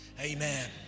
Amen